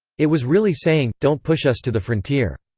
it was really saying, don't push us to the frontier.